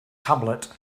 tablet